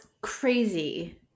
crazy